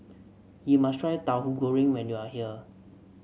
you must try Tauhu Goreng when you are here